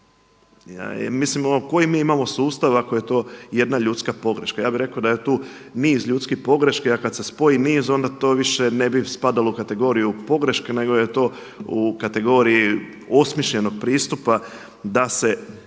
Mislim koji mi imamo sustav ako je to jedna ljudska pogreška. Ja bih rekao da je tu niz ljudskih pogreški a kada se spoji niz onda to više ne bi spadalo u kategoriju pogreške nego je to u kategoriji osmišljenog pristupa da se